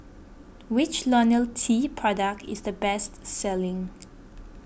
which Ionil T product is the best selling